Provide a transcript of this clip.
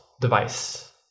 device